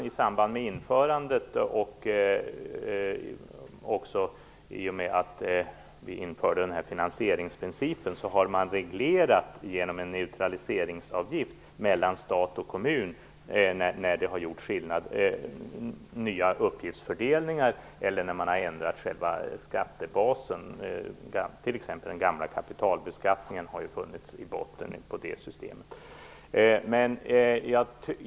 I samband med införandet och i och med att finansieringsprincipen i fråga infördes har man genom en neutraliseringsavgift reglerat mellan stat och kommun när nya uppgiftsfördelningar gjorts eller när själva skattebasen ändrats. Den gamla kapitalbeskattningen t.ex. har ju funnits i botten på det systemet.